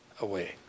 away